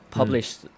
published